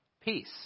Peace